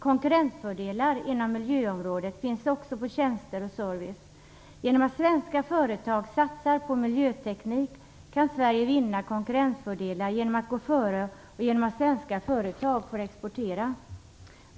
Konkurrensfördelar inom miljöområdet finns också på tjänster och service. Genom att svenska företag satsar på miljöteknik kan Sverige vinna konkurrensfördelar genom att gå före och genom att svenska företag får exportera.